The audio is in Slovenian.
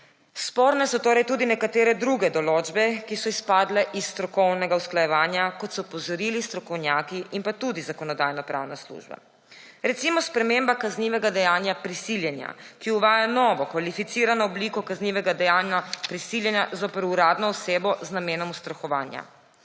Sporne so torej tudi nekatere druge določbe, ki so izpadle iz strokovnega usklajevanja, kot so opozorili strokovnjaki in tudi Zakonodajno-pravna služba. Recimo sprememba kaznivega dejanja prisiljenja, ki uvaja novo kvalificirano obliko kaznivega dejanja prisiljenja zoper uradno osebo z namenom ustrahovanja.